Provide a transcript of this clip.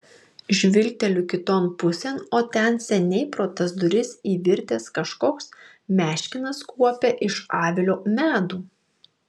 žvilgteliu kiton pusėn o ten seniai pro tas duris įvirtęs kažkoks meškinas kuopia iš avilio medų